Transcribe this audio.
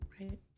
Right